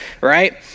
right